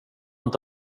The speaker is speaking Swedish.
inte